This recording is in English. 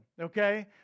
okay